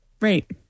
Right